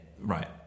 Right